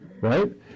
Right